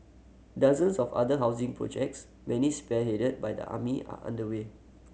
dozens of other housing projects many spearheaded by the army are underway